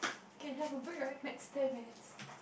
can have a break right next ten minutes